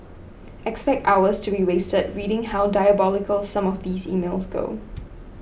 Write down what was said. expect hours to be wasted reading how diabolical some of these emails go